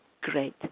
great